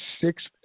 sixth